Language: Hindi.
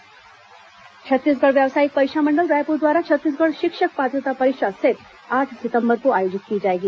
सेट परीक्षा छत्तीसगढ़ व्यावसायिक परीक्षा मण्डल रायपूर द्वारा छत्तीसगढ़ शिक्षक पात्रता परीक्षा सेट आठ सितम्बर को आयोजित की जाएगी